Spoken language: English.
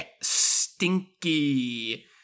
Stinky